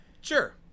Sure